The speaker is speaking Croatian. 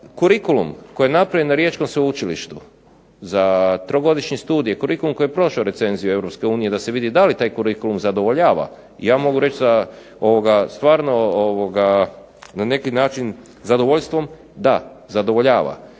Kurikulum koji je napravljen na riječkom sveučilištu za trogodišnji studij, kurikulum koji je prošao recenziju Europske unije da se vidi da li taj kurikulum zadovoljava, ja mogu reći sa stvarno na neki način zadovoljstvom da zadovoljava,